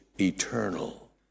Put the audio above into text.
eternal